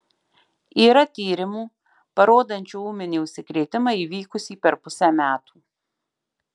yra tyrimų parodančių ūminį užsikrėtimą įvykusį per pusę metų